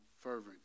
fervent